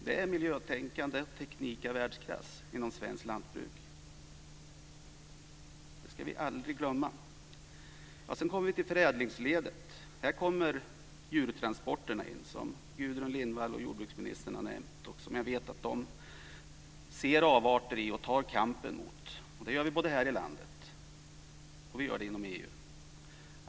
Det är miljötänkande och teknik av världsklass inom svenskt lantbruk. Det ska vi aldrig glömma. Sedan kommer vi till förädlingsledet. Här kommer djurtransporterna in, som Gudrun Lindvall och jordbruksministern har nämnt och som jag vet att de ser avarter i och tar kampen mot. Det gör vi både här i landet och inom EU.